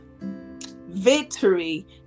Victory